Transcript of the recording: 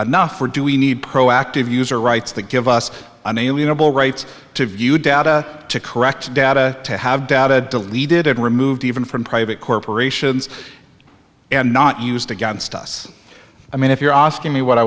enough or do we need proactive user rights that give us unalienable rights to view data to correct data to have data deleted and removed even from private corporations and not used against us i mean if you're asking me what i